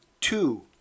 two